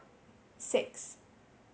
six